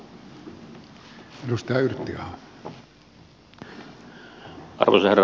arvoisa herra puhemies